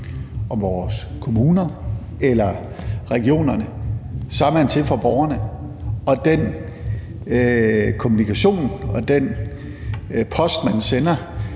om vores kommuner eller regionerne, så er man til for borgerne. Den kommunikation og den post, man sender,